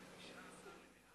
חוק ומשפט נתקבלה.